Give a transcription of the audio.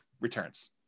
returns